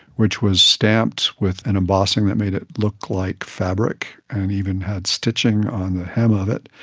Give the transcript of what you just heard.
which was stamped with an embossing that made it look like fabric and even had stitching on the hem of it,